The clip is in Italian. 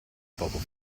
poco